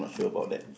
sure about that